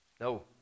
No